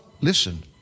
listen